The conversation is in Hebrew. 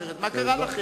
מה קרה לכם?